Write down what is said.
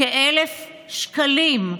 כ-1,000 שקלים,